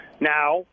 Now